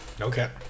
Okay